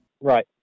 Right